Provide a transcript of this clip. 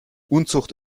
unzucht